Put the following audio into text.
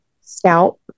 scalp